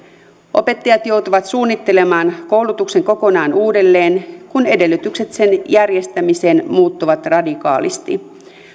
opettajat joutuvat suunnittelemaan koulutuksen kokonaan uudelleen kun edellytykset sen järjestämiseen muuttuvat radikaalisti